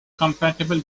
compatible